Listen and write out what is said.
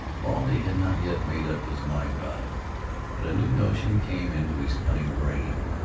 baldy had not yet made up his mind about it but a new notion came into his cunning brain.